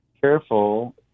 careful